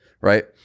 right